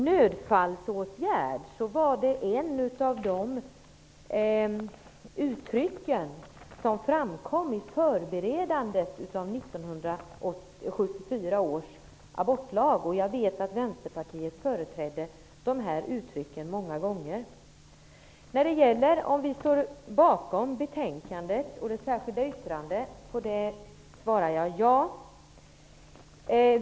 ''Nödfallsåtgärd'' var ett uttryck som förekom i förberedandet av 1974 års abortlag. Jag vet att Vänsterpartiet förespråkade en sådan åtgärd många gånger. På frågan om vi står bakom betänkandet och det särskilda yttrandet svarar jag ja.